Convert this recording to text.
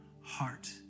heart